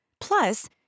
Plus